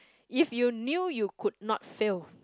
if you knew you could not failed